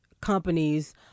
companies